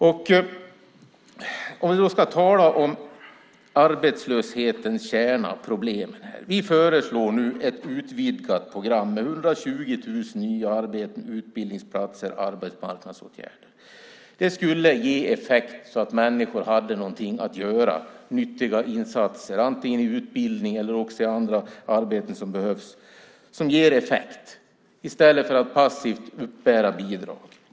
Låt oss tala om arbetslöshetens kärna - problemen. Vi föreslår ett utvidgat program med 120 000 nya arbeten, utbildningsplatser och arbetsmarknadsåtgärder. Det skulle ge effekt så att människor har någonting att göra, nyttiga insatser antingen i utbildning eller i andra arbeten som behövs. Det ger effekt i stället för att passivt uppbära bidrag.